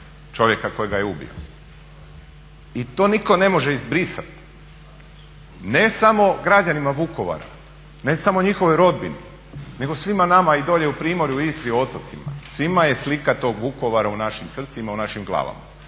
čovjeka koji ga je ubio. I to nitko ne može izbrisat, ne samo građanima Vukovara, ne smo njihovoj rodbini nego svima nama i dolje primorju, Istri, otocima, svima je slika tog Vukovara u našim srcima, u našim glavama.